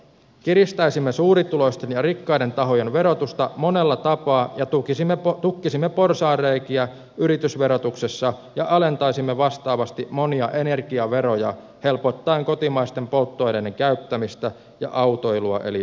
kiristäisimme suurituloisten ja rikkaiden tahojen verotusta monella tapaa ja tukkisimme porsaanreikiä yritysverotuksessa ja alentaisimme vastaavasti monia energiaveroja helpottaen kotimaisten polttoaineiden käyttämistä ja autoilua eli liikkumista